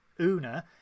Una